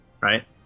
right